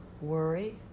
worry